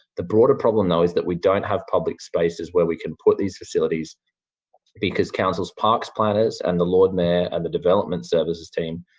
the broader problem though is that we don't have public spaces where we can put these facilities because council's park's plan is, is, and the lord mayor and the development services team,